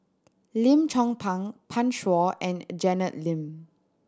Lim Chong Pang Pan Shou and Janet Lim